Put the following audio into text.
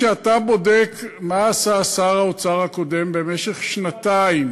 כשאתה בודק מה עשה שר האוצר הקודם במשך שנתיים